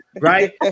Right